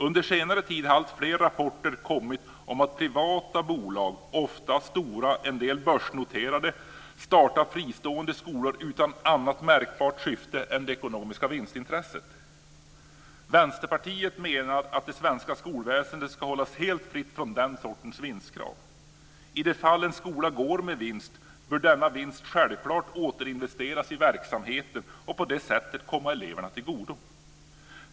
Under senare tid har alltfler rapporter kommit om att privata bolag, ofta stora och en del börsnoterade, startar fristående skolor utan annat märkbart syfte än det ekonomiska vinstintresset. Vänsterpartiet menar att det svenska skolväsendet ska hållas helt fritt från den sortens vinstkrav. I de fall en skola går med vinst bör denna vinst självklart återinvesteras i verksamheten och på det sättet komma eleverna till godo.